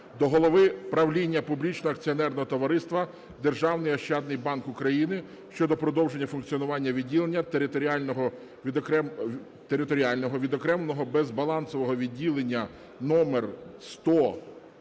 до голови правління Публічного акціонерного товариства "Державний ощадний банк України" щодо продовження функціонування відділення Територіального відокремленого безбалансового відділення №10013/011